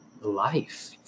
life